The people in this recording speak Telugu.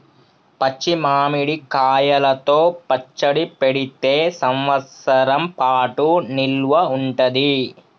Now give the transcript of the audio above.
పచ్చి మామిడి కాయలతో పచ్చడి పెడితే సంవత్సరం పాటు నిల్వ ఉంటది